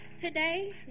Today